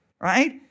right